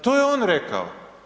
To je on rekao.